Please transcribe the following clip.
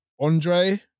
Andre